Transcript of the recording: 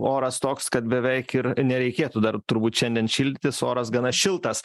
oras toks kad beveik ir nereikėtų dar turbūt šiandien šildytis oras gana šiltas